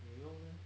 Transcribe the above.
你有用 meh